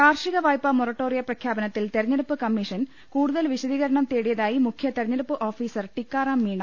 കാർഷികവായ്പാ മൊറട്ടോറിയ പ്രഖ്യാപനത്തിൽ തെര ഞ്ഞെടുപ്പ് കമ്മീഷൻ കൂടുതൽ വീശ്ദീകരണം തേടിയതായി മുഖ്യതെരഞ്ഞെടുപ്പ് ഓഫീസർ ടിക്കാറാം മീണ